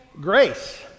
grace